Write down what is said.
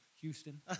Houston